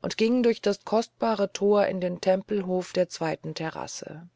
und ging durch das kostbare tor in den tempelhof der zweiten terrasse